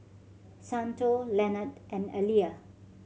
Santo Leonard and Elia